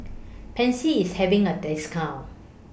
Pansy IS having A discount